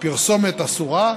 פרסומת אסורה,